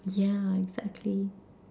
yeah exactly